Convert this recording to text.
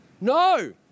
No